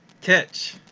catch